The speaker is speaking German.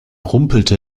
rumpelte